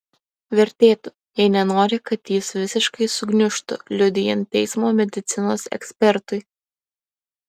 vertėtų jei nenori kad jis visiškai sugniužtų liudijant teismo medicinos ekspertui